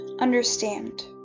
understand